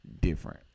different